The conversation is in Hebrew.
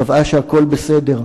קבעה שהכול היה בסדר,